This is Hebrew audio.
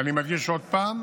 ואני מדגיש עוד פעם: